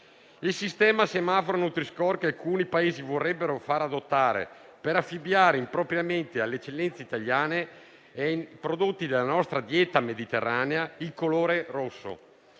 il sistema a semaforo nutri-score, che alcuni Paesi vorrebbero far adottare per affibbiare impropriamente il colore rosso alle eccellenze italiane e a prodotti della nostra dieta mediterranea, che pure